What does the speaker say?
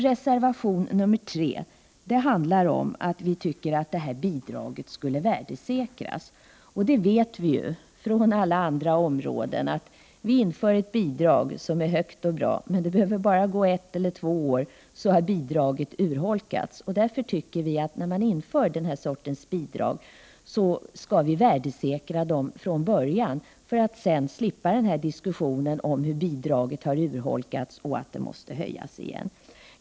Reservation 3 handlar om att bidraget bör värdesäkras. Vi vet från alla andra områden där vi infört ett bidrag, som varit högt och bra, att det behöver gå bara ett eller två år så har bidraget urholkats. När man nu inför ett nytt bidrag, anser vi att det skall värdesäkras från början, för att slippa diskussionen om hur bidraget har urholkats och måste höjas igen.